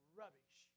rubbish